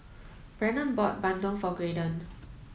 Brennon bought Bandung for Graydon